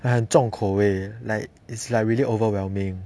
like 很重口味 like is like really overwhelming